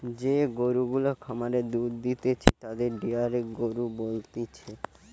যে গরু গুলা খামারে দুধ দিতেছে তাদের ডেয়ারি গরু বলতিছে